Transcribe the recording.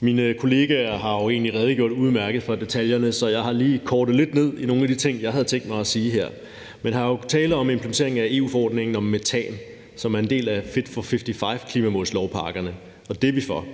Mine kollegaer har jo egentlig redegjort udmærket for detaljerne, så jeg har lige kortet lidt ned i nogle af de ting, jeg havde tænkt mig at sige. Her er tale om implementeringen af EU-forordningen om metan, som er en del af Fit for 55-klimamålslovpakkerne. Og det er vi for.